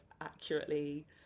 accurately